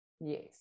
Yes